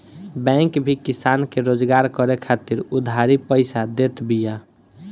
bank भी किसान के रोजगार करे खातिर उधारी पईसा देत बिया